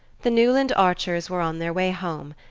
the newland archers were on their way home,